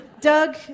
Doug